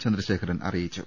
ചന്ദ്രശേഖരൻ അറി യിച്ചു